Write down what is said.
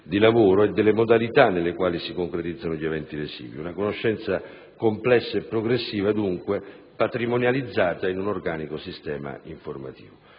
di lavoro e delle modalità nelle quali si concretizzano gli eventi lesivi. Una conoscenza complessa e progressiva, dunque, patrimonializzata in un organico sistema informativo.